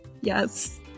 Yes